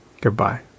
Goodbye